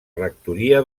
rectoria